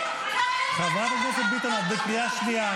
חברת הכנסת ביטון, את בקריאה שנייה.